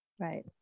Right